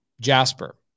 Jasper